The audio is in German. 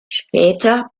später